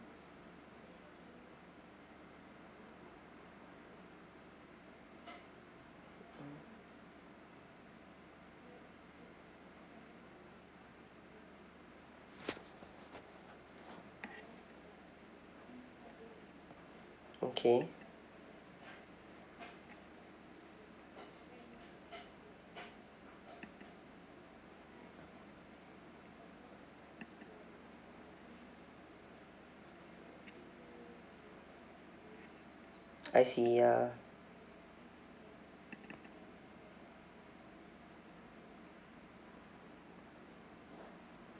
okay I see ya